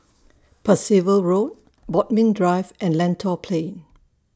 Percival Road Bodmin Drive and Lentor Plain